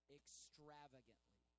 extravagantly